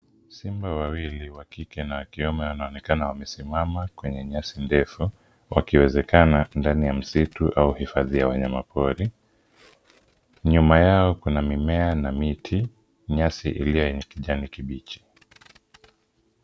Simba wawili, wa kike na wa kiume wanaonekana wamesimama kwenye nyasi ndefu, wakiwezekana ndani ya msitu au hifadhi ya wanyama pori. Nyuma yao kuna mimea na miti, nyasi iliyo yenye kijani kibichi.